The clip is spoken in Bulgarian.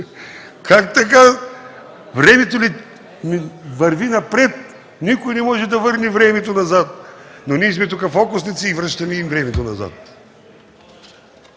Как така? Времето върви напред, никой не може да върне времето назад. Но ние тук сме фокусници – връщаме и времето назад.